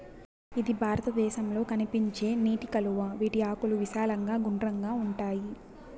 ఇది భారతదేశంలో కనిపించే నీటి కలువ, వీటి ఆకులు విశాలంగా గుండ్రంగా ఉంటాయి